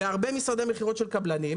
בהרבה משרדי מכירות של קבלנים,